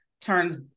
turns